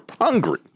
hungry